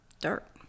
dirt